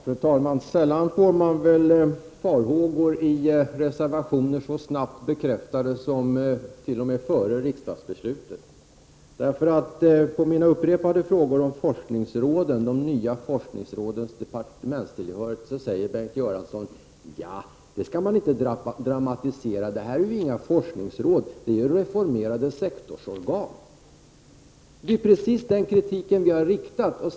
Fru talman! Sällan får man väl farhågor i reservationer så snabbt bekräftade som t.o.m. före riksdagsbeslutet. På mina upprepade frågor om de nya forskningsrådens departementstillhörighet säger Bengt Göransson att man inte skall dramatisera detta, eftersom det inte är några forskningsråd utan reformerade sektorsorgan. Det är precis den kritik som vi har riktat mot förslaget.